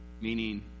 Meaning